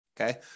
Okay